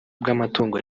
bw’amatungo